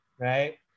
right